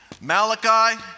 Malachi